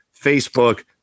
Facebook